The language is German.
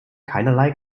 keinerlei